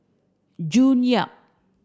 June Yap